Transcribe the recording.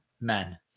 men